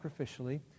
sacrificially